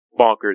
bonkers